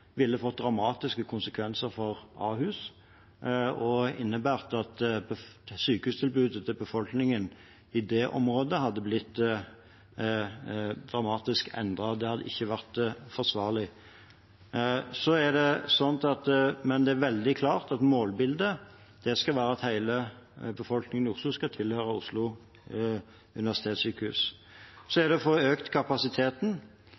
ville fått dramatiske konsekvenser for Ahus. Det ville innebåret at sykehustilbudet til befolkningen i det området hadde blitt dramatisk endret, og det hadde ikke vært forsvarlig. Men det er veldig klart at målbildet er at hele befolkningen i Oslo skal tilhøre Oslo universitetssykehus. Så